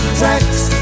tracks